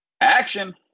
Action